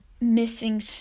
missing